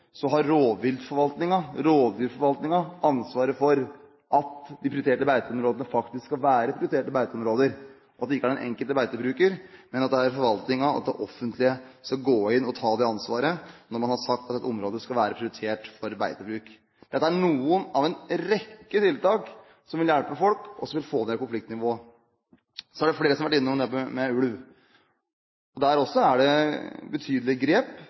har rovdyrforvaltningen ansvaret for at de prioriterte beiteområdene faktisk skal være prioriterte beiteområder, og at det ikke er den enkelte beitebruker, men at det er forvaltningen, det offentlige, som skal gå inn og ta det ansvaret når man har sagt at et område skal være prioritert for beitebruk. Dette er noen av en rekke tiltak som vil hjelpe folk, og som vil få ned konfliktnivået. Så er det flere som har vært innom dette med ulv. Der er det også betydelige grep.